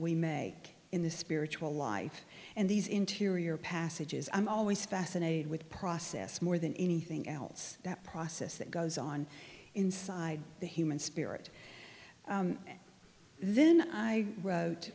we make in the spiritual life and these interior passages i'm always fascinated with process more than anything else that process that goes on inside the human spirit then i wrote